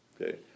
Okay